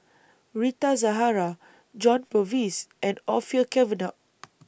Rita Zahara John Purvis and Orfeur Cavenagh